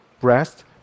breast